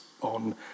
on